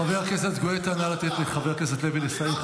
חבר הכנסת גואטה, נא לתת לחבר הכנסת לוי לסיים.